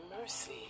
mercy